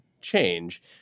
change